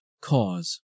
Cause